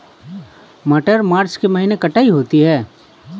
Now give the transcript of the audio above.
मटर मार्च के महीने कटाई होती है?